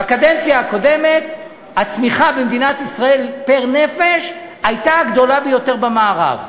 בקדנציה הקודמת הצמיחה של מדינת ישראל פר-נפש הייתה הגדולה ביותר במערב.